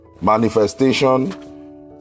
manifestation